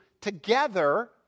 together